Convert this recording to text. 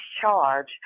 charge